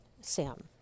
Sam